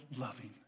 loving